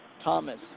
Thomas